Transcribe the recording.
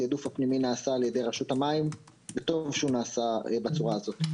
התעדוף הפנימי נעשה על ידי רשות המים וטוב שהוא נעשה בצורה הזאת.